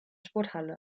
sporthalle